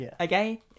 Okay